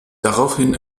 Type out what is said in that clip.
daraufhin